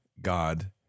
God